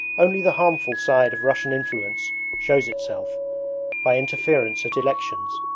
only the harmful side of russian influence shows itself by interference at elections,